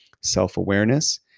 self-awareness